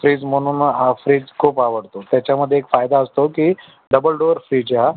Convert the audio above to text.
fridge म्हणून हा fridge खूप आवडतो त्याच्यामध्ये एक फायदा असतो की डबल डोअर फ्रिज आहे हा